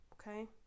Okay